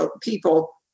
people